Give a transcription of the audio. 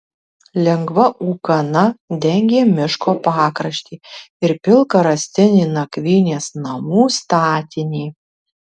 lengva ūkana dengė miško pakraštį ir pilką rąstinį nakvynės namų statinį